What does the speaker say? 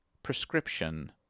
prescription